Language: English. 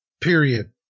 period